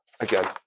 again